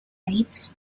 rights